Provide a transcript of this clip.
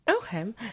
Okay